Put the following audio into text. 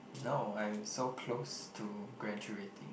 no I'm so close to graduating